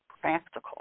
practical